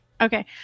Okay